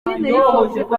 niyonsaba